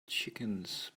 chickens